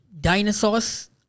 dinosaurs